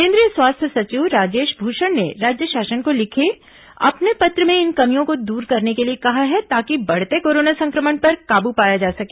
केंद्रीय स्वास्थ्य सचिव राजेश भूषण ने राज्य शासन को लिखे अपने पत्र में इन कमियों को दूर करने के लिए कहा है ताकि बढ़ते कोरोना संक्रमण पर काबू पाया जा सके